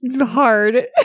hard